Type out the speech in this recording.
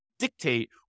dictate